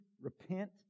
repent